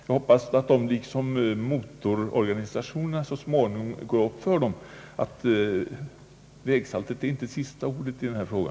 Jag hoppas att det så småningom går upp för vägmyndigheterna liksom det tycks göra för motororganisationerna, att vägsaltet inte är det sista ordet i denna fråga.